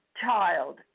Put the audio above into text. child